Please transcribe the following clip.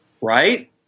right